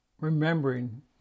remembering